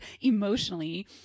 emotionally